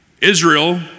Israel